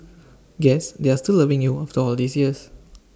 guess they are still loving you after all these years